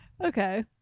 Okay